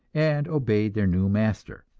and obeyed their new master.